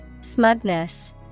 Smugness